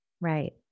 Right